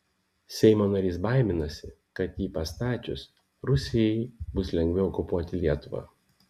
seimo narys baiminosi kad jį pastačius rusijai bus lengviau okupuoti lietuvą